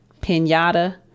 Pinata